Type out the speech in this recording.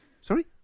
Sorry